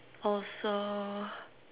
also